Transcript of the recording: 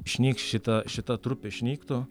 išnyks šita šita trupė išnyktų